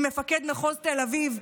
עם מפקד מחוז תל אביב.